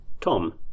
Tom